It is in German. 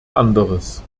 anderes